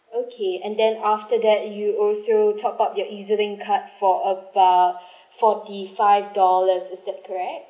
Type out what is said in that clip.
okay and then after that you also top up your EZ_link card for about forty-five dollars is that correct